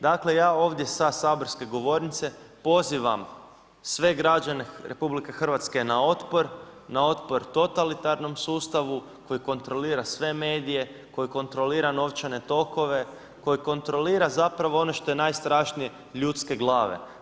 Dakle, ja ovdje sa saborske govornice pozivam sve građane Republike Hrvatske na otpor, na otpor totalitarnom sustavu koji kontrolira sve medije, koji kontrolira novčane tokove, koji kontrolira zapravo ono što je najstrašnije ljudske glave.